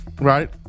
Right